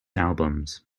albums